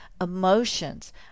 emotions